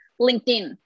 LinkedIn